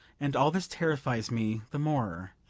and all this terrifies me the more,